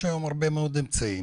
יש היום הרבה מאוד אמצעים,